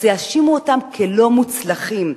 אז יאשימו אותם כלא מוצלחים,